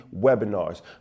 webinars